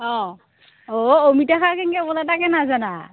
অঁ অঁ অমিতা খাৰ কেনকে কৰে তাকো নাজানা